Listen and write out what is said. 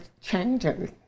changes